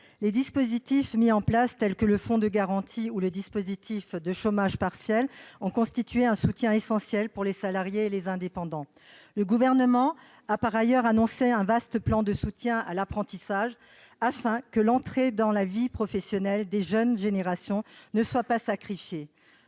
Les dispositifs mis en place tels que le fonds de garantie ou le dispositif de chômage partiel ont constitué un soutien essentiel pour les salariés et les indépendants. Par ailleurs, le Gouvernement a annoncé un vaste plan de soutien à l'apprentissage, afin que l'entrée dans la vie professionnelle des jeunes générations ne soit pas sacrifiée.